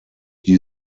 die